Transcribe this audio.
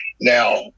Now